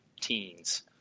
teens